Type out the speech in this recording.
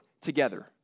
together